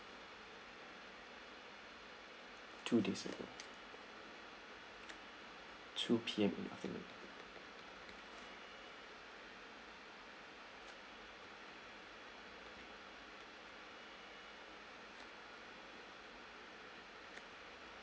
two days ago two P_M nothing